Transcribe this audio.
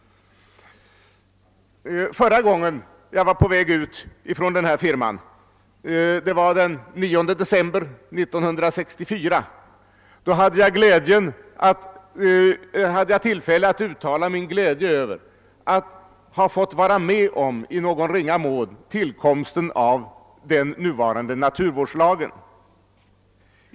Förra gången jag var på väg ut ur riksdagen, den 9 december 1964, hade jag tillfälle att uttala min glädje över att i någon ringa mån fått vara med om tillkomsten av den nuvarande naturvårdslagen.